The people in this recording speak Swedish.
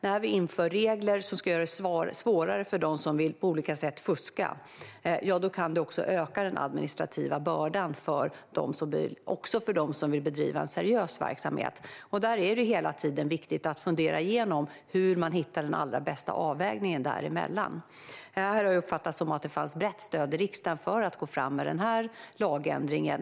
När vi inför regler som ska göra det svårare för dem som på olika sätt fuskar kan det så klart öka den administrativa bördan också för dem som vill bedriva seriös verksamhet. Det är hela tiden viktigt att fundera igenom hur man hittar den allra bästa avvägningen däremellan. Jag har uppfattat att det fanns brett stöd i riksdagen för att gå fram med den här lagändringen.